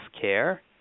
care